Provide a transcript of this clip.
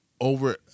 over